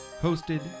hosted